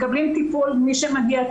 הם מקבלים טיפול מאוד רציני ומקצועי,